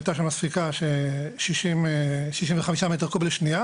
הייתה שם ספיקה של 65 מטר קוב לשנייה